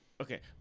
Okay